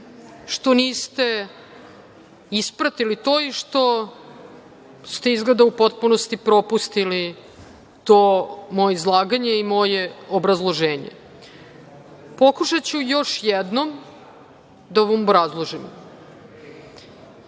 što niste ispratili to i što ste izgleda u potpunosti propustili to moje izlaganje i moje obrazloženje. Pokušaću još jednom da vam obrazložim. Dakle,